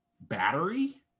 battery